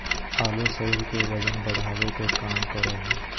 आलू शरीर के वजन बढ़ावे के काम करा हइ